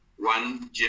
One